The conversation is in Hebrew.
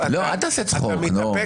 חבר הכנסת אלעזר שטרן -- אל תעשה צחוק, נו.